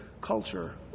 culture